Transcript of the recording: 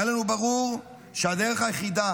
היה לנו ברור שהדרך היחידה